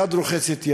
יד רוחצת יד.